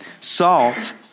Salt